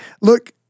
Look